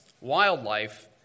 wildlife